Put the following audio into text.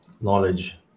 knowledge